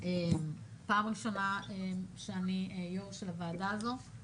פעם ראשונה שאני יו"ר של הוועדה הזו.